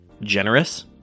generous